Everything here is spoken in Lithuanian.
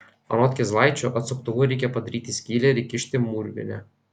anot kizlaičio atsuktuvu reikia padaryti skylę ir įkišti mūrvinę